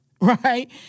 right